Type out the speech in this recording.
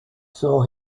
saw